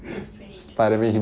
that's pretty interesting